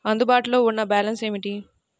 అందుబాటులో ఉన్న బ్యాలన్స్ ఏమిటీ?